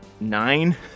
nine